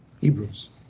Hebrews